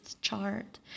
chart